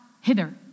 hither